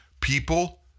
people